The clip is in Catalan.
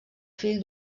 fill